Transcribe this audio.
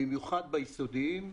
במיוחד בבתי הספר היסודיים.